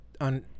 on